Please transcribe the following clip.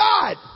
God